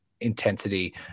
intensity